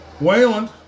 Wayland